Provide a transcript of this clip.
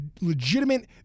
legitimate